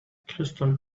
crystal